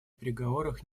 переговорах